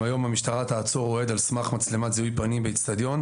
אם היום המשטרה תעצור אוהד על סמך מצלמת זיהוי פנים באצטדיון,